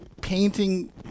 painting